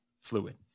fluid